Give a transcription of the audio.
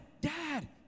Dad